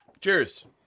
cheers